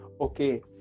okay